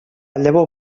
llavor